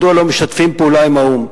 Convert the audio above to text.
מדוע לא משתפים פעולה עם האו"ם.